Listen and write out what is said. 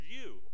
view